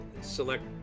select